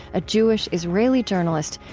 a jewish israeli journalist,